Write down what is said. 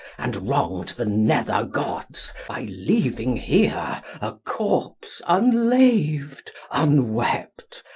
and wronged the nether gods by leaving here a corpse unlaved, unwept,